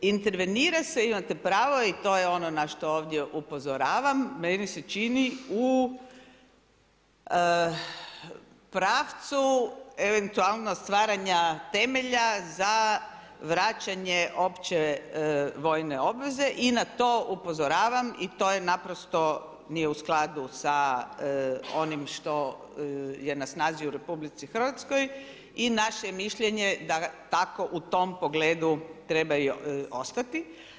Intervenira se, imate pravo, i to je ono na što ovdje upozoravam, meni se čini u pravcu eventualno stvaranja temelja za vraćanje opće vojne obveze i na to upozoravam i to naprosto nije u skladu sa onim što je na snazi u RH i naše je mišljenje da tako u tom pogledu treba i ostati.